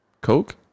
coke